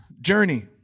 journey